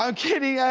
um kidding, yeah